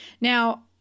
Now